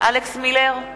אלכס מילר,